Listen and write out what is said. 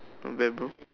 not bad bro